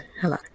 Hello